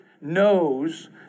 knows